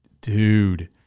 dude